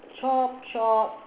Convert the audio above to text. chop chop